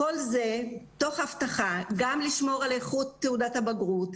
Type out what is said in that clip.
וכל זה תוך הבטחה גם לשמור על איכות תעודת הבגרות,